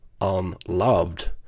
unloved